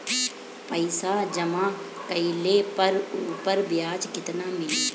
पइसा जमा कइले पर ऊपर ब्याज केतना मिली?